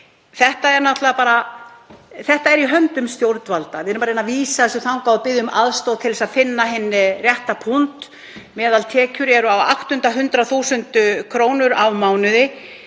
Það er í höndum stjórnvalda. Við erum að reyna að vísa þessu þangað og biðja um aðstoð til að finna hinn rétta punkt. Meðaltekjur eru 800.000 kr. á mánuði.